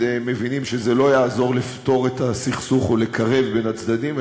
מבינים שזה לא יעזור לפתור את הסכסוך או לקרב בין הצדדים,